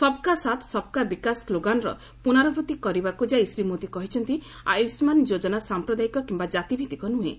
ସବ୍କା ସାଥ୍ ସବ୍କା ବିକାଶ ସ୍ଲୋଗାନର ପୁନରାବୃତ୍ତି କରିବାକୁ ଯାଇ ଶ୍ରୀ ମୋଦି କହିଛନ୍ତି ଆୟୁଷ୍ମାନ ଯୋଜନା ସାମ୍ପ୍ରଦାୟିକ କିମ୍ବା ଜାତିଭିଭିକ ନୁହେଁ